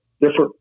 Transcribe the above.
different